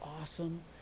awesome